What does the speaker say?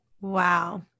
Wow